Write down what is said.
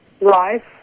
life